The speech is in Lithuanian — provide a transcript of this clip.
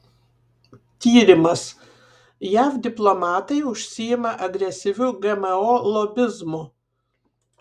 tyrimas jav diplomatai užsiima agresyviu gmo lobizmu